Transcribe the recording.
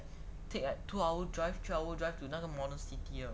take like two hour drive three hour drive to 那个 modern city